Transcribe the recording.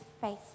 face